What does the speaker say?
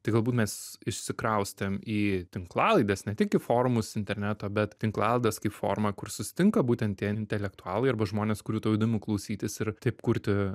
tai galbūt mes išsikraustėm į tinklalaides ne tik į forumus interneto bet tinklalaides kaip forma kur susitinka būtent tie intelektualai arba žmonės kurių tau įdomu klausytis ir taip kurti